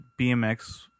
BMX